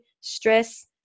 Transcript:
stress